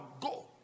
go